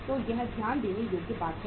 तो यह ध्यान देने योग्य बात है